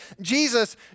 Jesus